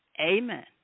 Amen